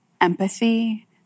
empathy